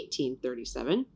1837